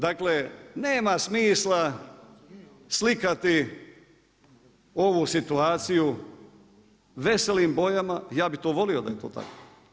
Dakle nema smisla slikati ovu situaciju veselim bojama, ja bih volio da je to tako.